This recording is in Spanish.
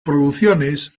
producciones